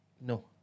No